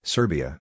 Serbia